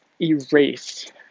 erase